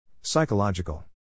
Psychological